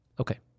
Okay